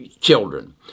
children